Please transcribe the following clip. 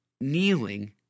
kneeling